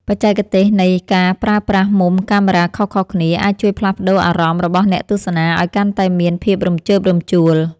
បច្ចេកទេសនៃការប្រើប្រាស់មុំកាមេរ៉ាខុសៗគ្នាអាចជួយផ្លាស់ប្តូរអារម្មណ៍របស់អ្នកទស្សនាឱ្យកាន់តែមានភាពរំជើបរំជួល។